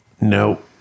no